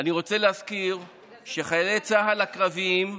וזורקים עליהם אבנים.